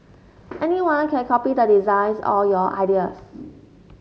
anyone can copy the designs or your ideas